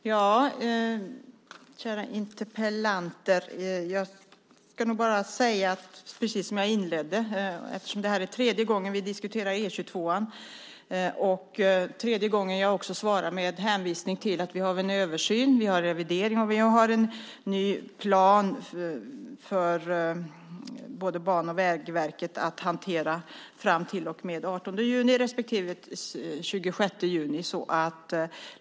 Herr talman! Kära interpellanter! Jag ska bara säga, precis som jag inledde, att det här är tredje gången som vi diskuterar E 22 och också tredje gången som jag svarar med hänvisning till att det pågår en översyn och en revidering och att vi har nya planer för både Banverket och Vägverket att hantera till den 18 juni respektive 26 juni.